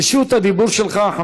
רשות הדיבור שלך.